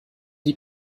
die